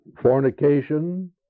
Fornication